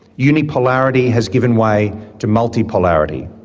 unipolarity has given way to multipolarity.